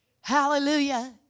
Hallelujah